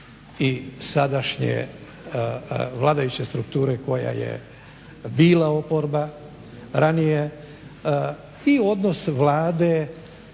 i sadašnje vladajuće strukture koja je bila oporba ranije i odnos Vlade